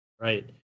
Right